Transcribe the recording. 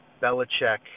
Belichick